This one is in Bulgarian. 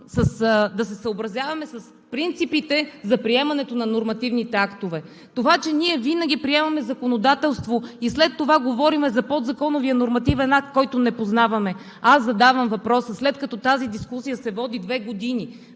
да се съобразяваме с принципите за приемането на нормативните актове? Ние винаги приемаме законодателство и след това говорим за подзаконовия нормативен акт, който не познаваме. Аз задавам въпроса: след като тази дискусия се води две години